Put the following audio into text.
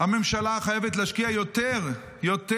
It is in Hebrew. הממשלה חייבת להשקיע יותר, יותר.